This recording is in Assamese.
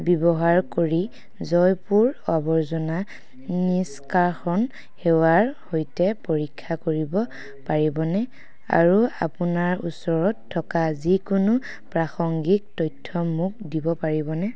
ব্যৱহাৰ কৰি জয়পুৰ আৱৰ্জনা নিষ্কাশন সেৱাৰ সৈতে পৰীক্ষা কৰিব পাৰিবনে আৰু আপোনাৰ ওচৰত থকা যিকোনো প্ৰাসংগিক তথ্য মোক দিব পাৰিবনে